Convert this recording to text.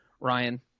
Ryan